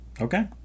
okay